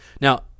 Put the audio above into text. Now